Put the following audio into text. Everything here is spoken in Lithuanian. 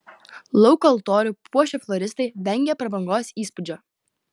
lauko altorių puošę floristai vengė prabangos įspūdžio